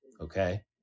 okay